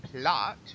plot